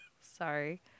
Sorry